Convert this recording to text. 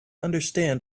understand